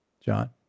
John